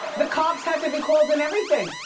the cops had to be called and everything.